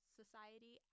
society